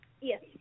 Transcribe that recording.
Yes